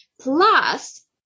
Plus